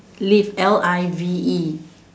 live L I V E